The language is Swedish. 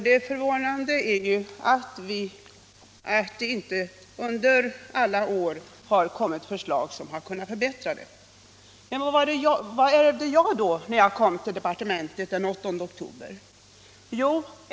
Det förvånande är att det inte under alla år har kommit några förslag till förbättringar. Vad ärvde jag när jag kom till departementet den 8 oktober?